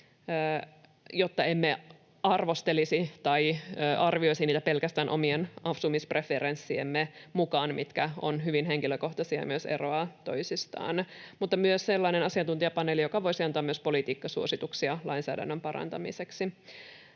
jotta emme arvostelisi tai arvioisi niitä pelkästään omien asumispreferenssiemme mukaan, mitkä ovat hyvin henkilökohtaisia ja myös eroavat toisistaan, vaan olisi myös sellainen asiantuntijapaneeli, joka voisi antaa myös politiikkasuosituksia lainsäädännön parantamiseksi.